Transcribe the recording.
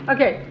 Okay